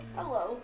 Hello